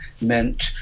meant